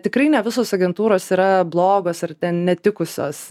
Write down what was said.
tikrai ne visos agentūros yra blogos ar netikusios